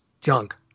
junk